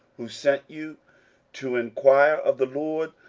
who sent you to enquire of the lord,